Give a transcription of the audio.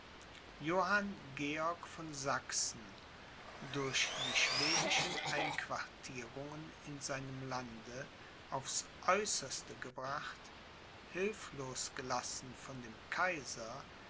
johann georg von sachsen durch die schwedischen einquartierungen in seinem lande aufs aeußerste gebracht hilflos gelassen von dem kaiser